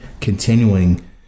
continuing